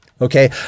Okay